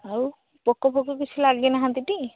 ଆଉ ପୋକ ଫୋକ କିଛି ଲାଗିନାହାଁନ୍ତି ଟି